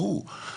ברור.